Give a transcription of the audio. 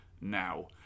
now